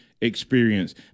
experience